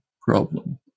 problem